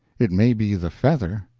it may be the feather,